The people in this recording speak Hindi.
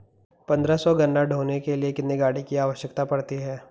पन्द्रह सौ टन गन्ना ढोने के लिए कितनी गाड़ी की आवश्यकता पड़ती है?